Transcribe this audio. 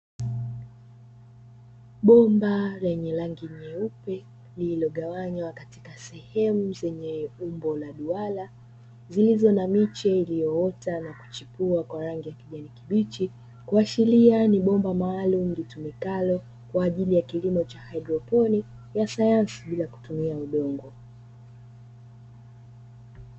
Bomba lenye rangi nyeupe lilogawanywa katika sehemu zenye umbo la duara zilizo na miche iliyoota kwa kijani kibichi kuashiria ni bomba maalumu litumikalo kwaajili ya kilimo cha haidroponi ya sayansi bila kutumia udongo.